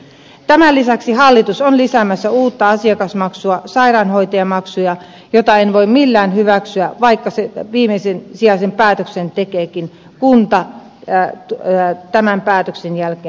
tämän lisäksi hallitus on lisäämässä uutta asiakasmaksua sairaanhoitajamaksua mitä en voi millään hyväksyä vaikka viimesijaisen päätöksen tekeekin kunta tämän päätöksen jälkeen